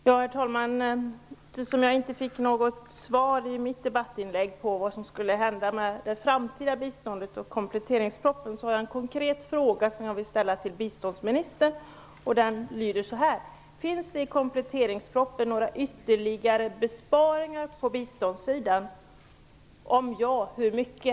Herr talman! Eftersom jag efter mitt debattinlägg inte har fått något svar på frågan om vad som skulle hända med det framtida biståndet och kompletteringspropositionen har jag en konkret fråga till biståndsministern: Finns det i kompletteringspropositionen ytterligare besparingar på biståndssidan och, om svaret är ja, hur mycket?